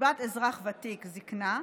קצבת אזרח ותיק (זקנה),